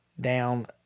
down